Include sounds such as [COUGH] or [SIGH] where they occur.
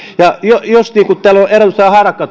ja niin kuin täällä on esimerkiksi edustaja harakka [UNINTELLIGIBLE]